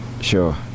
sure